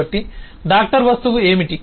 కాబట్టి డాక్టర్ వస్తువు ఏమిటి